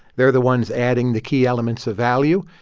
they're the ones adding the key elements of value.